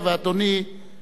כל השעתיים לפניו.